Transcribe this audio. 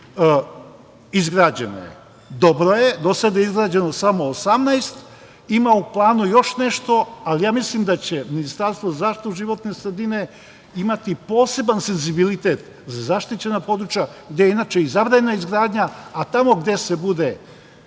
izgrađene. Dobro je, dosad je izgrađeno samo 18, ima u planu još nešto, ali ja mislim da će Ministarstvo za zaštitu životne sredine imati poseban senzibilitet za zaštićena područja, gde je inače i zabranjena izgradnja, a tamo gde se bude